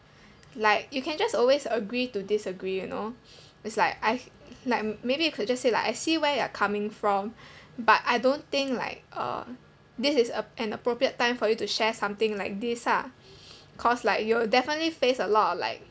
like you can just always agree to disagree you know it's like I've like maybe you could just say like I see where you are coming from but I don't think like uh this is a an appropriate time for you to share something like this lah cause like you'll definitely face a lot of like